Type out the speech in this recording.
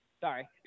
Sorry